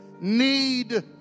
need